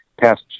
past